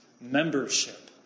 membership